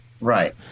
Right